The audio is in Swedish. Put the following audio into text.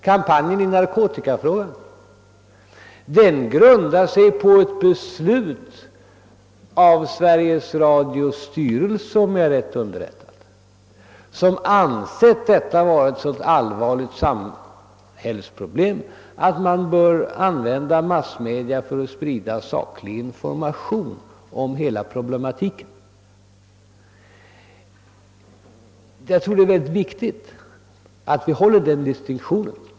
Kampanjen i narkotikafrågan grundar sig — om jag är riktigt underrättad — på ett beslut av Sveriges Radios styrelse, vilken ansett detta vara ett så allvarligt samhällsproblem att massmedia bör användas för spridande av saklig information om hela frågekomplexet. Det är mycket viktigt att vi upprätthåller denna distinktion.